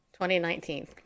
2019